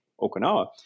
Okinawa